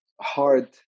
hard